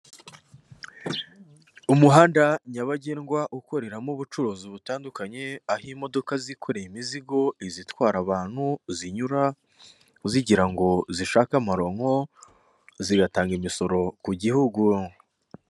Umuhanda nyabagendwa ukoreramo ubucuruzi butandukanye. Aho imodoka zikoreye imizigo, izitwara abantu zinyura, zigira ngo zishake amaronko zigatanga imisoro ku gihugu.